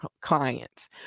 clients